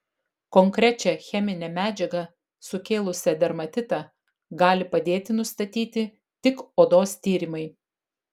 konkrečią cheminę medžiagą sukėlusią dermatitą gali padėti nustatyti tik odos tyrimai